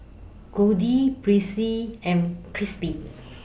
Goldie Percy and Krissy B